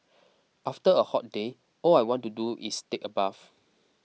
after a hot day all I want to do is take a bath